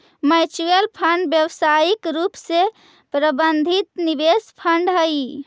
mutual fund व्यावसायिक रूप से प्रबंधित निवेश फंड हई